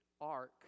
ark